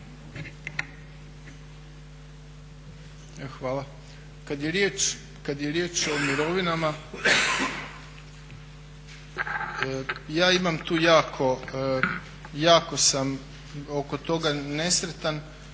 hvala. Kad je riječ o mirovinama ja imam tu jako, jako sam oko toga nesretan.